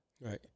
right